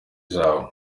zabo